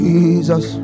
Jesus